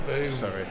sorry